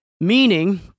Meaning